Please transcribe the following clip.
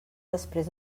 després